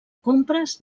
compres